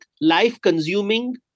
life-consuming